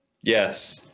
yes